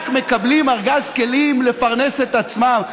רק מקבלים ארגז כלים לפרנס את עצמם.